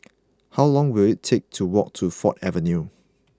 how long will it take to walk to Ford Avenue